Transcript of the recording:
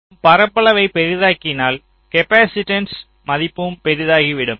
நாம் பரப்பளவை பெரிதாக்கினால் காப்பாசிட்டன்ஸ் மதிப்பும் பெரிதாகிவிடும்